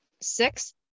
six